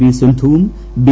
V സിന്ധുവും B